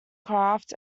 craft